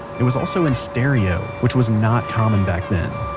it was also in stereo which was not common back then.